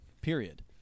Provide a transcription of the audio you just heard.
period